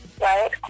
right